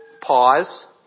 pause